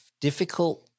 difficult